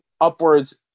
upwards